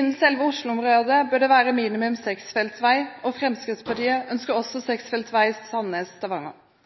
Innen selve Oslo-området bør det være minimum seksfelts vei, og Fremskrittspartiet ønsker også